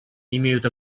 имеют